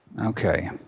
Okay